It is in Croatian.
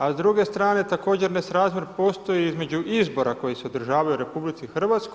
A s druge strane također nesrazmjer postoji između izbora koji se održavaju u RH.